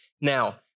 Now